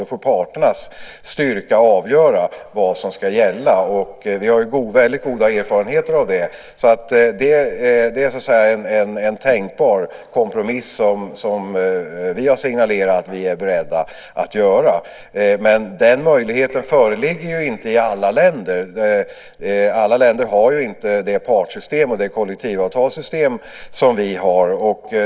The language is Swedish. Då får parternas styrka avgöra vad som ska gälla. Vi har ju väldigt goda erfarenheter av det. Det är alltså en tänkbar kompromiss som vi har signalerat att vi är beredda att göra. Men den möjligheten föreligger ju inte i alla länder. Alla länder har ju inte det partssystem och det kollektivavtalssystem som vi har.